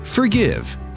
Forgive